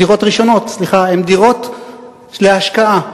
הן דירות להשקעה.